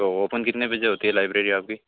तो ओपन कितने बजे होती हे लाइब्रेरी आपकी